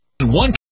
one